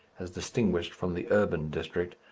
as distinguished from the urban district,